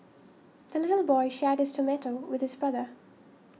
the little boy shared his tomato with his brother